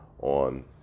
on